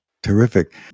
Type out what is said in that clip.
Terrific